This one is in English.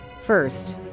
First